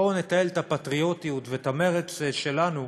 בואו נתעל את הפטריוטיות ואת המרץ שלנו,